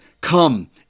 come